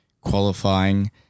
qualifying